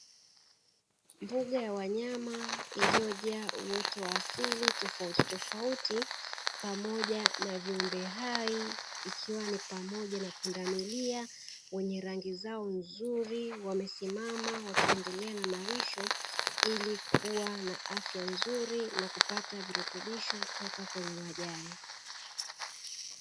Mbuga ya wanyama iliyojaa uoto wa asili tofautitofauti pamoja na viumbe hai, ikiwa ni pamoja na pundamilia wenye rangi zao nzuri wamesimama wakiendelea na malisho, ili kuwa na afya nzuri na kupata virutubisho toka kwenye majani.